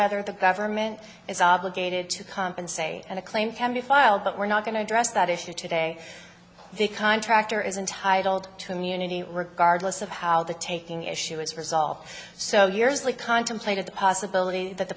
whether the government is obligated to compensate and a claim can be filed but we're not going to address that issue today the contractor is entitled to me and any regardless of how the taking issue is resolved so years lee contemplated the possibility that